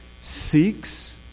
seeks